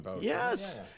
Yes